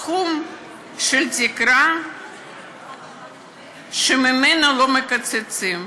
הסכום של התקרה שעד אליו לא מקצצים.